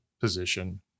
position